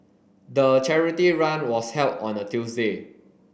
the charity run was held on a Tuesday